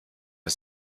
der